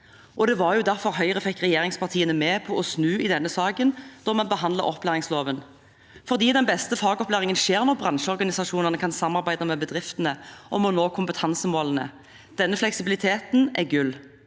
Det var derfor Høyre fikk regjeringspartiene med på å snu i denne saken – da vi behandlet opplæringsloven – for den beste fagopplæringen skjer når bransjeorganisasjonene kan samarbeide med bedriftene om å nå kompetansemålene. Denne fleksibiliteten er gull.